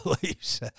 beliefs